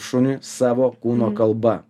šuniui savo kūno kalba